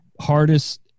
hardest